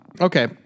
Okay